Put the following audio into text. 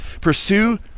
Pursue